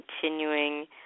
continuing